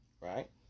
right